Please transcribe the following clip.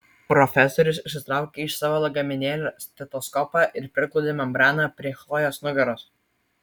profesorius išsitraukė iš savo lagaminėlio stetoskopą ir priglaudė membraną prie chlojės nugaros